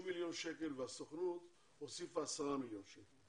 50 מיליון שקל והסוכנות הוסיפה עשרה מיליון שקל,